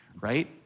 right